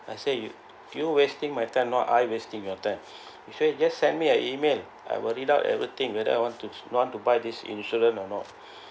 I say you you wasting my time not I wasting your time I say just send me an email I will read out everything whether I want to not to buy this insurance or not